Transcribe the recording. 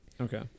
Okay